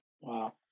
Wow